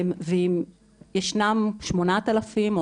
וישנם 8,000 או